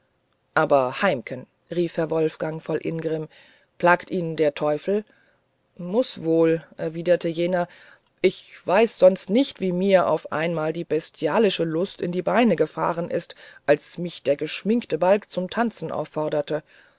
aber heimken rief herr wolfgang voll ingrimm plagt ihn der teufel muß wohl erwiderte jener ich weiß sonst nicht wie mir auf einmal die bestialische lust in die beine gefahren ist als mich der geschminkte balg zum tanze aufforderte